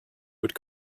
would